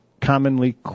commonly